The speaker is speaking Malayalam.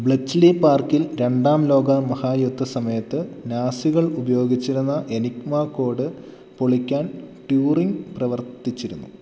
ബ്ലെച്ച്ലി പാർക്കിൽ രണ്ടാം ലോകമഹായുദ്ധസമയത്ത് നാസികൾ ഉപയോഗിച്ചിരുന്ന എനിഗ്മ കോഡ് പൊളിക്കാൻ ട്യൂറിങ് പ്രവർത്തിച്ചിരുന്നു